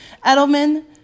Edelman